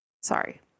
sorry